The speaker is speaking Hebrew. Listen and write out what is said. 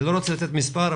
אני לא רוצה לתת מספר,